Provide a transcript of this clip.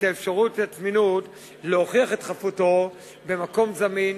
לאפשר לו להוכיח את חפותו במקום זמין,